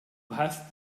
hast